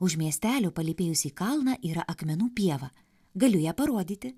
už miestelio palypėjus į kalną yra akmenų pieva galiu ją parodyti